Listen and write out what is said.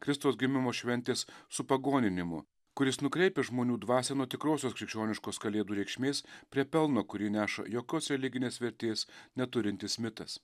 kristaus gimimo šventės supagoninimu kuris nukreipia žmonių dvasią nuo tikrosios krikščioniškos kalėdų reikšmės prie pelno kurį neša jokios religinės vertės neturintis mitas